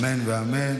אמן ואמן.